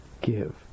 give